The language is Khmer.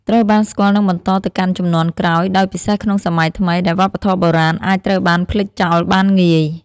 ត្រូវបានស្គាល់និងបន្តទៅកាន់ជំនាន់ក្រោយ ដោយពិសេសក្នុងសម័យសម័យថ្មីដែលវប្បធម៌បុរាណអាចត្រូវបានភ្លេចចោលបានងាយ។